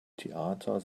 theater